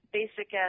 basic